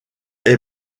est